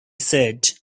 said